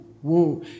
whoa